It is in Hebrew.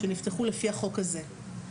שנפתחו לפי החוק הזה.